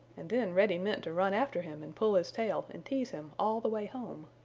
and then reddy meant to run after him and pull his tail and tease him all the way home.